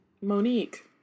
Monique